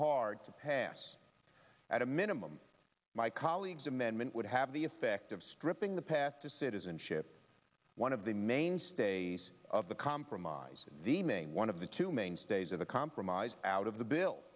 hard to pass at a minimum my colleagues amendment would have the effect of stripping the path to citizenship one of the mainstays of the compromise the main one of the two mainstays of the compromise out of the bill